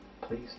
Please